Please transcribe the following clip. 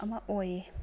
ꯑꯃ ꯑꯣꯏꯌꯦ